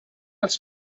als